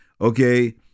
okay